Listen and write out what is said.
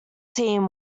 team